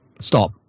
Stop